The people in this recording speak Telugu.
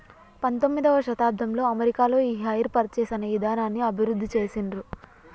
పంతొమ్మిదవ శతాబ్దంలో అమెరికాలో ఈ హైర్ పర్చేస్ అనే ఇదానాన్ని అభివృద్ధి చేసిండ్రు